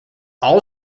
all